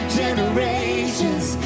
generations